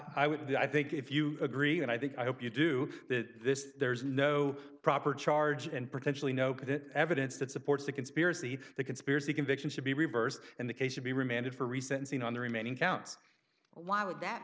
i would do i think if you agree and i think i hope you do that this there's no proper charge and potentially no evidence that supports a conspiracy the conspiracy conviction should be reversed and the case should be remanded for recency on the remaining counts why would that